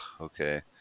okay